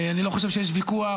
אני לא חושב שיש ויכוח,